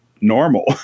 normal